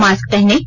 mask पहनें